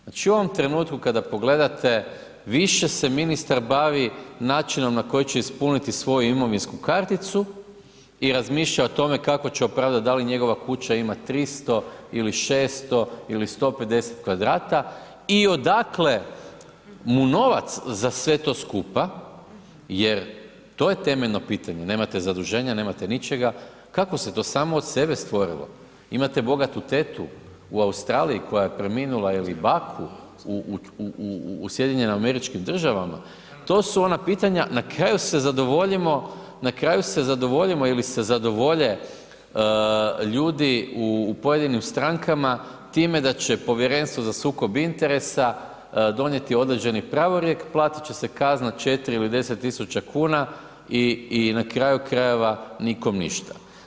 Znači u ovom trenutku kada pogledate više se ministar bavi načinom na koji će ispuniti svoju imovinsku karticu i razmišlja o tome kako će opravdat da li njegova kuća ima 300 ili 600 ili 150 kvadrata i odakle mu novac za sve to skupa jer to je temeljno pitanje, nemate zaduženja, nemate ničega kako se to samo od sebe stvorilo, imate bogatu tetu u Australiji koja je preminula ili baku u SAD-u, to su ona pitanja na kraju se zadovoljimo, na kraju se zadovoljimo ili se zadovolje ljudi u pojedinim strankama time da će povjerenstvo za sukob interesa donijeti određeni pravilnik, platit će se kazna 4 ili 10.000 kuna i na kraju krajeva nikom ništa.